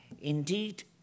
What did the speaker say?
Indeed